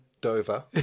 Dover